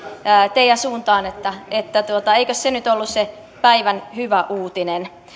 teidän suuntaan eikös se nyt ollut se päivän hyvä uutinen